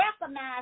recognize